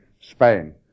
Spain